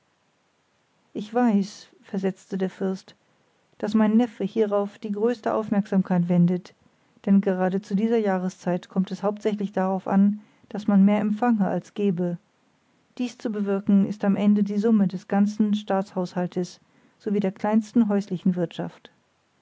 ich weiß versetzte der fürst daß mein neffe hierauf die größte aufmerksamkeit wendet denn gerade zu dieser jahrszeit kommt es hauptsächlich darauf an daß man mehr empfange als gebe dies zu bewirken ist am ende die summe des ganzen staatshaushaltes so wie der kleinsten häuslichen wirtschaft